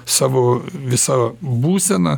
savo visą būseną